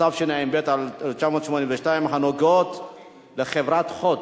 התשמ"ב 1982, הנוגעות ל"חברת הוט